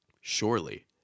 Surely